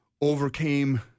overcame